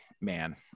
man